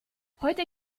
heute